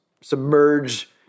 submerge